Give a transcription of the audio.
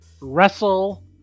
wrestle